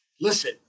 Listen